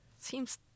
Seems